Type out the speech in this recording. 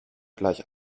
gleich